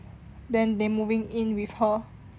then they moving in with her